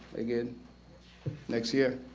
again next year.